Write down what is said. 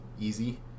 easy